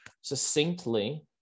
succinctly